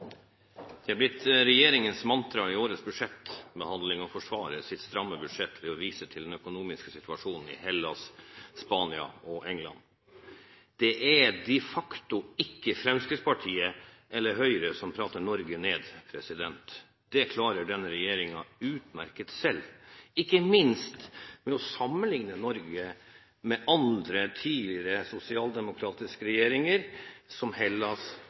blitt regjeringens mantra i årets budsjettbehandling å forsvare sitt stramme budsjett ved å vise til den økonomiske situasjonen i Hellas, Spania og England. Det er de facto ikke Fremskrittspartiet, eller Høyre, som prater Norge ned. Det klarer denne regjeringen utmerket selv – ikke minst ved å sammenligne Norge med andre, tidligere sosialdemokratiske regjeringer, som i Hellas,